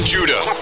Judah